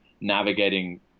navigating